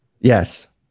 Yes